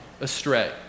astray